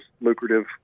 lucrative